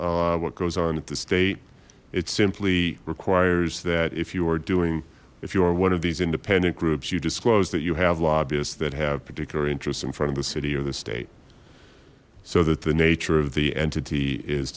requirement what goes on at the state it simply requires that if you are doing if you are one of these independent groups you disclose that you have lobbyists that have particular interests in front of the city or the state so that the nature of the entity is